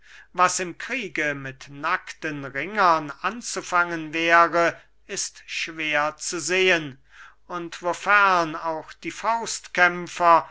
was im kriege mit nackten ringern anzufangen wäre ist schwer zu sehen und wofern auch die faustkämpfer